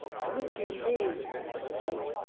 would you, indeed? said the duke.